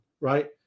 right